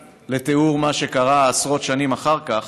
לתיאור של מה שקרה עשרות שנים אחר כך.